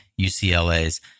UCLA's